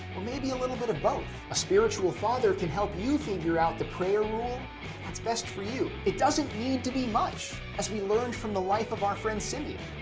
or maybe a little bit of both. a spiritual father can help you figure out the prayer rule that's best for you. it doesn't need to be much, as we learned from the life of our friend symeon.